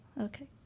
Okay